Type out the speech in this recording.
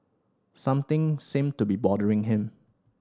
something seem to be bothering him